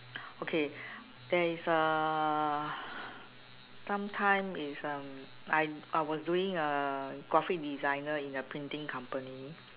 okay there is uh sometime is uh I I was doing a graphic designer in a printing company